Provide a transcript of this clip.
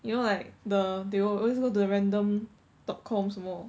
you know like the they will always go to the random dot com 什么